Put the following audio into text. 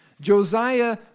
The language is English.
Josiah